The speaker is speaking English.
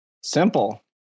simple